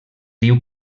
diu